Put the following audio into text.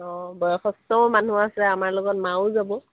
অঁ বয়সস্থও মানুহ আছে আমাৰ লগত মাও যাব